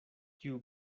kiu